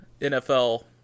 nfl